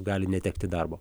gali netekti darbo